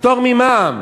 לפטור ממע"מ,